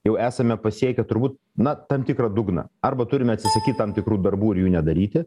jau esame pasiekę turbūt na tam tikrą dugną arba turime atsisakyt tam tikrų darbų ir jų nedaryti